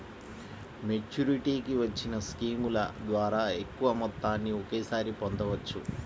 మెచ్యూరిటీకి వచ్చిన స్కీముల ద్వారా ఎక్కువ మొత్తాన్ని ఒకేసారి పొందవచ్చు